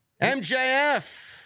MJF